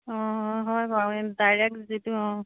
হয় বাৰু ডাইৰেক্ট যিটো অঁ